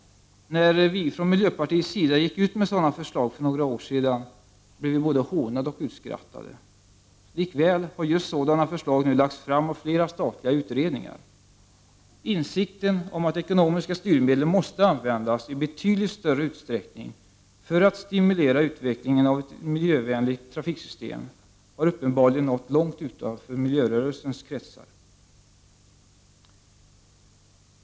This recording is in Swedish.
När vi från miljöpartiets sida gick ut med sådana förslag för några år sedan, blev vi både hånade och utskrattade. Likväl har just sådana förslag nu lagts fram av flera statliga utredningar. Insikten om att ekonomiska styrmedel måste användas i betydligt större utsträckning för att stimulera utvecklingen av ett miljövämrligt trafiksystem har uppenbarligen nått långt utanför miljörörelsens kretsar!